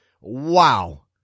wow